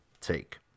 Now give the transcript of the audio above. take